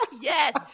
Yes